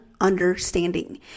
understanding